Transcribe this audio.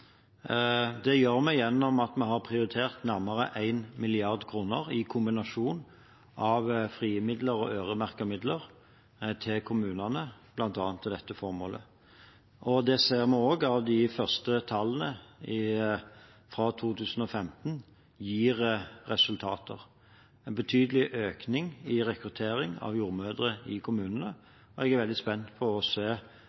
Det gjør vi ved at vi har prioritert nærmere 1 mrd. kr – i en kombinasjon av frie midler og øremerkede midler – til kommunene, bl.a. til dette formålet. Vi ser av de første tallene, fra 2015, at det har gitt resultater: Det er en betydelig økning i rekrutteringen av jordmødre i kommunene.